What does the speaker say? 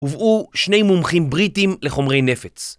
הובאו שני מומחים בריטים לחומרי נפץ.